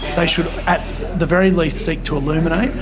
they should at the very least seek to illuminate.